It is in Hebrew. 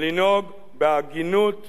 לנהוג בהגינות ובזהירות.